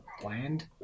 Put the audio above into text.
bland